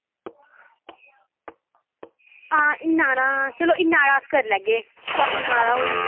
आं इन्ना हारका अस करी लैगे इन्ना हारा होई